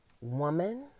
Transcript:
woman